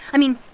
i mean,